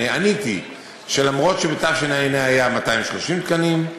עניתי שאף שבתשע"ה היו 230 תקנים,